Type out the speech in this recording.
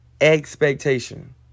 expectation